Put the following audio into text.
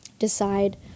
decide